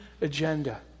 agenda